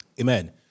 Amen